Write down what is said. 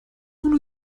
sont